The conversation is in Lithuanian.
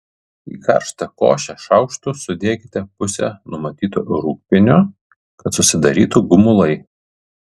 į karštą košę šaukštu sudėkite pusę numatyto rūgpienio kad susidarytų gumulai